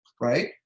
right